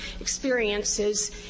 experiences